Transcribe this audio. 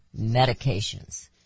medications